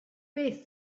beth